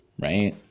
right